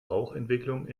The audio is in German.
rauchentwicklung